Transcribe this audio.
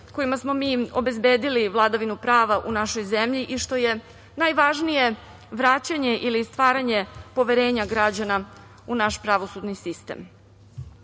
kojima smo mi obezbedili vladavinu prava u našoj zemlji i što je najvažnije vraćanje ili stvaranje poverenja građana u naš pravosudni sistem. Borba